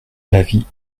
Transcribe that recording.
l’avis